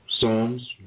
Psalms